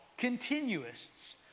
continuists